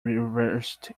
reversed